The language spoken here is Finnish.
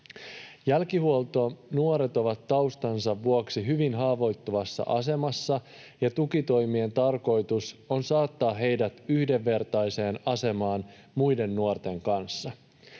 Jälkihuoltonuoret ovat taustansa vuoksi hyvin haavoittuvassa asemassa, ja tukitoimien tarkoitus on saattaa heidät yhdenvertaiseen asemaan muiden nuorten kanssa.